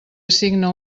assigna